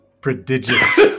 Prodigious